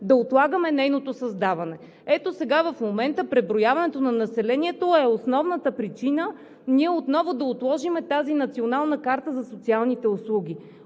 да отлагаме нейното създаване. Ето сега в момента преброяването на населението е основната причина ние отново да отложим тази национална карта за социалните услуги.